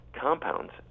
compounds